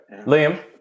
Liam